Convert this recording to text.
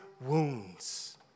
wounds